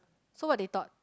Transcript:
so what they taught